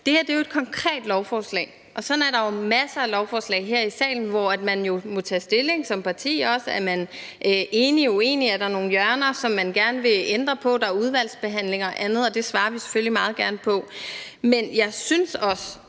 Det her er jo et konkret lovforslag, og sådan er der masser af lovforslag her i salen, hvor man må tage stilling som parti. Er man enig eller uenig, er der nogle hjørner, som man gerne vil ændre på? Der er udvalgsbehandling og andet, og det svarer vi selvfølgelig meget gerne på. Men jeg synes også,